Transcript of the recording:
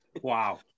Wow